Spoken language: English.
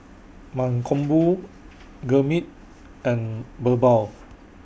Mankombu Gurmeet and Birbal